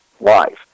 life